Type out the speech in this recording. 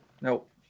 nope